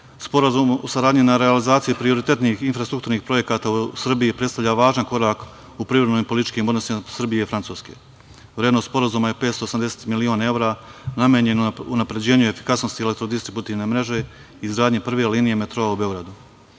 o saradnji na realizaciji prioritetnih infrastrukturnih projekata u Srbiji predstavlja važan korak u privrednim i političkim odnosima Srbije i Francuske. Vrednost sporazuma je 580 miliona evra, namenjeno unapređenju efikasnosti elektrodistributivne mreže, izgradnji prve linije metroa u Beogradu. Početak